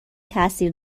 تاثیر